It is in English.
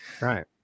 Right